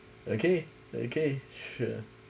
okay okay sure